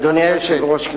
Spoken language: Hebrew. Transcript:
אדוני היושב-ראש,